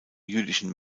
jüdischen